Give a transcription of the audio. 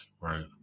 right